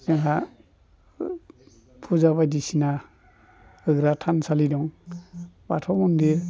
जोंहा फुजा बायदिसिना होग्रा थानसालि दं बाथौ मन्दिर